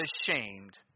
ashamed